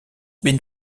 been